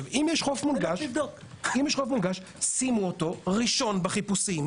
אם יש חוף מונגש שימו אותו ראשון בחיפושים,